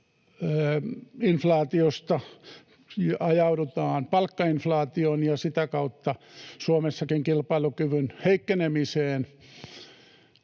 Kulutusinflaatiosta ajaudutaan palkkainflaatioon ja sitä kautta Suomessakin kilpailukyvyn heikkenemiseen.